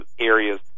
areas